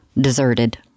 Deserted